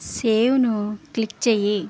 సేవ్ను click చేయి